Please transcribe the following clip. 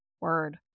word